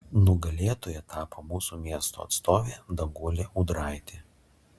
nugalėtoja tapo mūsų miesto atstovė danguolė ūdraitė